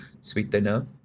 sweetener